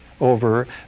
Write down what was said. over